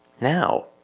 now